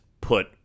put